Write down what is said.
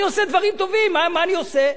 אני עושה דברים טובים, מה אני עושה?